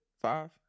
Five